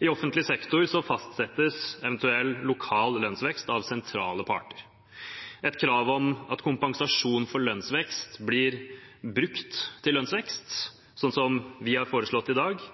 I offentlig sektor fastsettes en eventuell lokal lønnsvekst av sentrale parter. Et krav om at kompensasjon for lønnsvekst blir brukt til lønnsvekst, som vi har foreslått i dag,